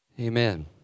Amen